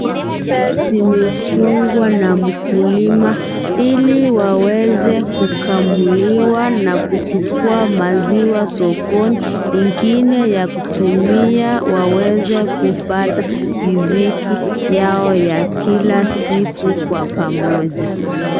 Ng'ombe zimefungwa na mkulima ili waweze kukamiliwa na kuchukua maziwa sokoni, ingine ya kutumia waweza kupata riziki yao ya kila siku kwa pamoja.